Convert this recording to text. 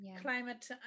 climate